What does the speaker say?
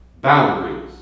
boundaries